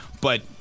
But-